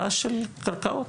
הבעיה של קרקעות.